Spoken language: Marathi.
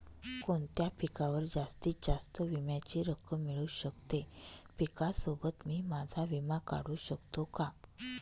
कोणत्या पिकावर जास्तीत जास्त विम्याची रक्कम मिळू शकते? पिकासोबत मी माझा विमा काढू शकतो का?